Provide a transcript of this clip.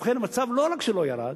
ובכן, לא רק שלא ירדו,